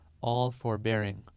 all-forbearing